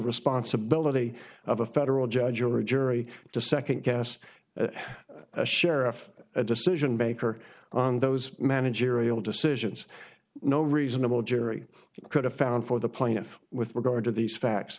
responsibility of a federal judge or a jury to second guess a sheriff a decision maker on those managerial decisions no reasonable jury could have found for the plaintiff with regard to these facts